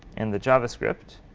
in the javascript,